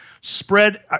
Spread